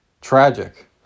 tragic